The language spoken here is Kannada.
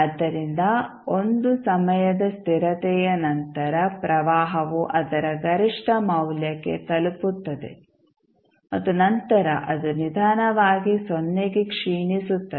ಆದ್ದರಿಂದ 1 ಸಮಯದ ಸ್ಥಿರತೆಯ ನಂತರ ಪ್ರವಾಹವು ಅದರ ಗರಿಷ್ಠ ಮೌಲ್ಯಕ್ಕೆ ತಲುಪುತ್ತದೆ ಮತ್ತು ನಂತರ ಅದು ನಿಧಾನವಾಗಿ ಸೊನ್ನೆಗೆ ಕ್ಷೀಣಿಸುತ್ತದೆ